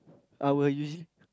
I will usually